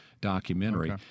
documentary